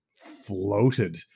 floated